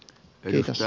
kiitos